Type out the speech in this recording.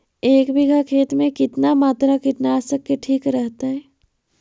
एक बीघा खेत में कितना मात्रा कीटनाशक के ठिक रहतय?